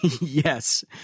Yes